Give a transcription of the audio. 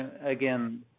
again